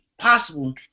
possible